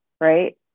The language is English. right